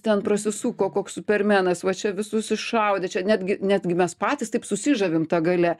ten prasisuko koks supermenas va čia visus iššaudė čia netgi netgi mes patys taip susižavim ta galia